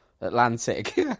Atlantic